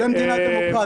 זאת מדינה דמוקרטית.